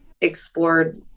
explored